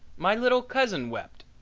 my little cousin wept,